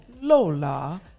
Lola